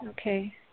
okay